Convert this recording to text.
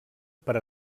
per